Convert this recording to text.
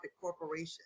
corporation